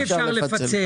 אי אפשר לפצל.